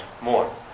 more